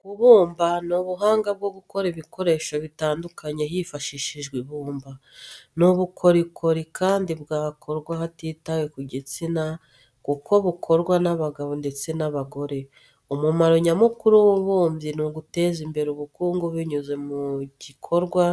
Kubumba ni ubuhanga bwo gukora ibikoresho bitandukanye hifashishijwe ibumba. Ni ubukorikori kandi bwakorwa hatitawe ku gitsina kuko bukorwa n'abagabo ndetse n'abagore. Umumaro nyamukuru w'ububumbyi ni uguteza imbere ubukungu binyuze mu ikorwa